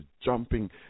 jumping